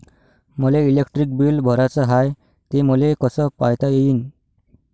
मले electric bill भराचं हाय, ते मले कस पायता येईन?